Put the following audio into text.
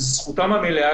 וזו זכותם המלאה,